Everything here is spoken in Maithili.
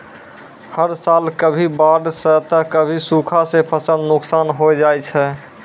हर साल कभी बाढ़ सॅ त कभी सूखा सॅ फसल नुकसान होय जाय छै